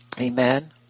Amen